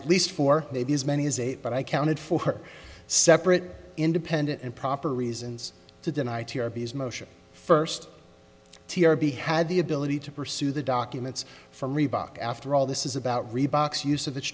at least four maybe as many as eight but i counted for her separate independent and proper reasons to deny his motion first t r be had the ability to pursue the documents from reebok after all this is about reeboks us